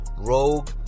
rogue